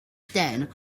then